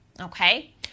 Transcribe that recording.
okay